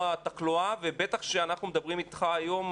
התחלואה ובטח כשאנחנו מדברים אתך היום,